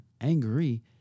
angry